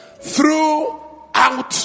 throughout